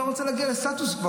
לא עובדים בשבת.